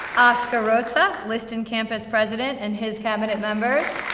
oscar rosa, liston campus president, and his cabinet members.